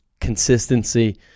consistency –